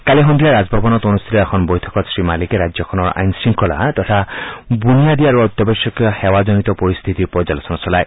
কালি সন্ধিয়া ৰাজভৱনত অনুষ্ঠিত এখন বৈঠকত শ্ৰীমালিকে ৰাজ্যখনৰ আইন শংখলা তথা বুনিয়াদী আৰু অত্যাৱশ্যকীয় সেৱাজনিত পৰিস্থিতিৰ পৰ্যালোচনা চলায়